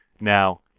Now